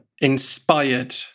inspired